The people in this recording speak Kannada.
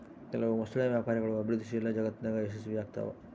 ಕೆಲವು ಮೊಸಳೆ ವ್ಯಾಪಾರಗಳು ಅಭಿವೃದ್ಧಿಶೀಲ ಜಗತ್ತಿನಾಗ ಯಶಸ್ವಿಯಾಗ್ತವ